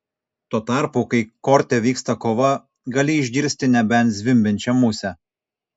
tuo tarpu kai korte vyksta kova gali išgirsti nebent zvimbiančią musę